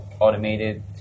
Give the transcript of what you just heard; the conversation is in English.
automated